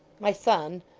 my son,